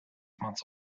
months